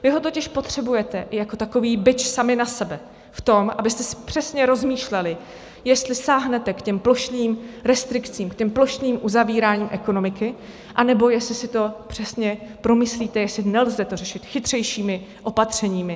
Vy ho totiž potřebujete i jako takový bič sami na sebe v tom, abyste si přesně rozmýšleli, jestli sáhnete k těm plošným restrikcím, k těm plošným uzavíráním ekonomiky, anebo jestli si to přesně promyslíte, jestli nelze to řešit chytřejšími opatřeními.